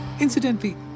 Incidentally